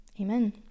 Amen